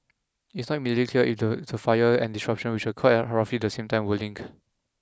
it is not immediately clear if the the fire and the disruption which occurred at roughly the same time were linked